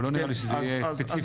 אבל לא נראה לי שזה יהיה ספציפי הדיון.